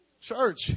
Church